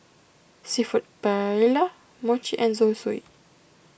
Seafood Paella Mochi and Zosui